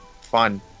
fun